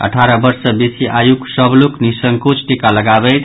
अठारह वर्ष सँ बेसी आयुक सभ लोक निःसंकोच टीका लगाबैथि